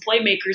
playmakers